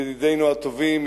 ידידינו הטובים,